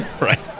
Right